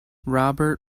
robert